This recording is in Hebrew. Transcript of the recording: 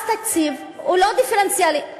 אז התקציב הוא לא דיפרנציאלי